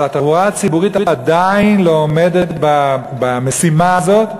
אבל התחבורה הציבורית עדיין לא עומדת במשימה הזאת,